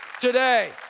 today